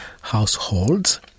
households